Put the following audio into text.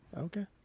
Okay